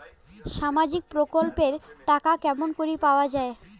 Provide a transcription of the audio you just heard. সামাজিক প্রকল্পের টাকা কেমন করি পাওয়া যায়?